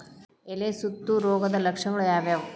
ಎಲೆ ಸುತ್ತು ರೋಗದ ಲಕ್ಷಣ ಯಾವ್ಯಾವ್?